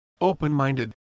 open-minded